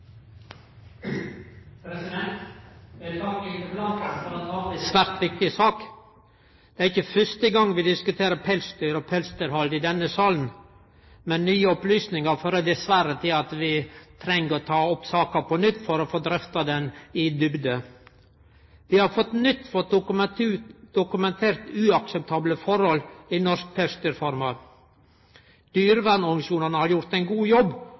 første gongen vi diskuterer pelsdyr og pelsdyrhald i denne salen, men nye opplysningar fører dessverre til at vi treng å ta opp saka på nytt for å få drøfta ho grundig. Vi har på nytt fått dokumentert uakseptable forhold i norske pelsdyrfarmar. Dyrevernorganisasjonane har gjort ein god jobb